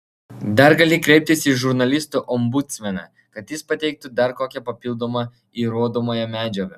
dar gali kreiptis į žurnalistų ombudsmeną kad jis pateiktų dar kokią papildomą įrodomąją medžiagą